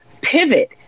pivot